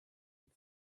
and